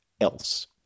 else